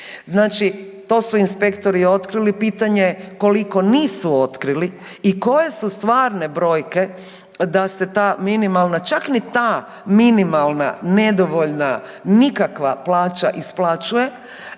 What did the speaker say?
znači to su inspektori otkrili. Pitanje je koliko nisu otkrili i koje su stvarne brojke da se ta minimalna, čak ni ta minimalna nedovoljna, nikakva plaća isplaćuje?